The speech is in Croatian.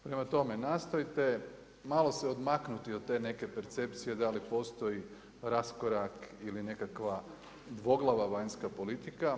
Prema tome, nastojte malo se odmaknuti od te neke percepcije da li postoji raskorak ili nekakva dvoglava vanjska politika.